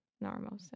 normal